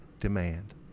demand